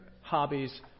hobbies